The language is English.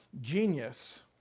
genius